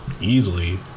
easily